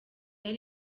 yari